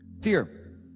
Fear